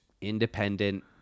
independent